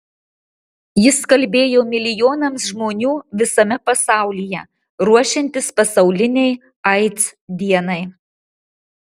jis kalbėjo milijonams žmonių visame pasaulyje ruošiantis pasaulinei aids dienai